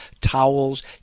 towels